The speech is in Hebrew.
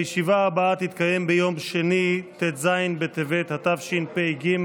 הישיבה הבאה תתקיים ביום שני ט"ז בטבת התשפ"ג,